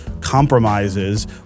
compromises